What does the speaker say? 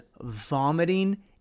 vomiting